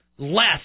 less